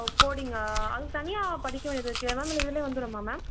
ஓ கோடிங்கா அது தனியாக படிக்க வேண்டியது இருக்கே மேம் இல்லை இதிலே வந்துடுமா மேம்